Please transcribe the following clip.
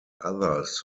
others